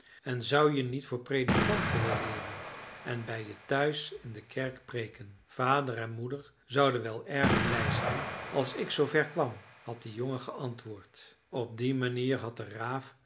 en zou je niet voor predikant willen leeren en bij je thuis in de kerk preeken vader en moeder zouden wel erg blij zijn als ik zoover kwam had de jongen geantwoord op die manier had de raaf